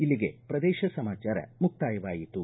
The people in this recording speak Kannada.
ಇಲ್ಲಿಗೆ ಪ್ರದೇಶ ಸಮಾಚಾರ ಮುಕ್ತಾಯವಾಯಿತು